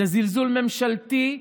זה זלזול ממשלתי,